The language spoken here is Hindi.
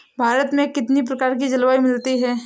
भारत में कितनी प्रकार की जलवायु मिलती है?